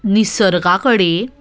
निसर्गा कडेन